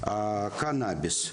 קנאביס,